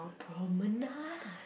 Promenade